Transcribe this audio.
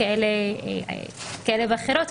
כל פעם אנחנו יוצרים איזה טלאי ואז אנחנו מגלים פער וסוגרים אותו.